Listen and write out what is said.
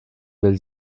will